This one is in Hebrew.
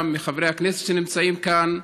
מחברי הכנסת שנמצאים כאן,